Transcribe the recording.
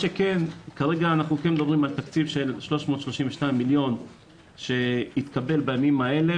כרגע אנחנו מדברים על תקציב של 332 מיליון שהקבל בימים אלה,